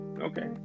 Okay